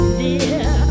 dear